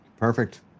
Perfect